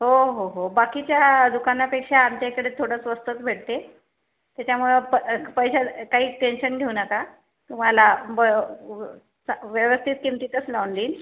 हो हो हो बाकीच्या दुकानापेक्षा आमच्याकडे थोडं स्वस्तच भेटते त्याच्यामुळे प पैशाचं काही टेन्शन घेऊ नका तुम्हाला व व्य व्यवस्थित किमतीतच लावून देईल